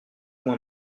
loin